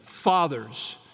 Fathers